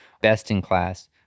best-in-class